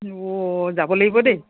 অ যাব লাগিব দেই